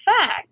fact